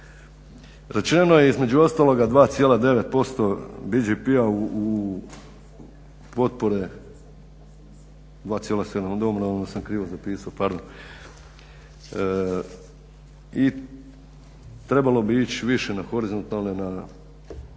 Rečeno je između ostaloga 2,9% BDP-a u potpore, 2,7% krivo sam zapisao, pardon i trebalo bi ići više na horizontalne, slažem